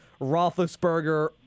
Roethlisberger